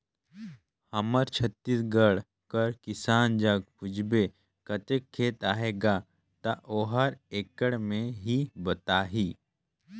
हमर छत्तीसगढ़ कर किसान जग पूछबे कतेक खेत अहे गा, ता ओहर एकड़ में ही बताही